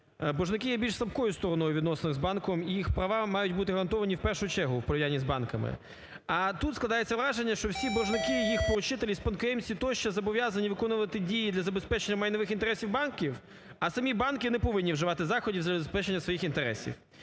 Боржники є більш слабкою стороною у відносинах з банком і їх права мають бути гарантовані в першу чергу в порівнянні з банками. А тут складається враження, що всі боржники, їх поручителі і спадкоємці тощо зобов'язані виконувати дії для забезпечення майнових інтересів банків, а самі банки не повинні вживати заходів задля забезпечення своїх інтересів.